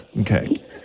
Okay